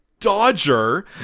Dodger